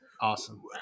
Awesome